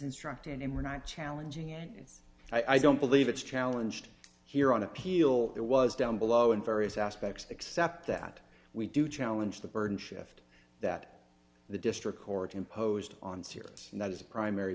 instructed and we're not challenging and i don't believe it's challenged here on appeal it was down below in various aspects except that we do challenge the burden shift that the district court imposed on sirius and that is a primary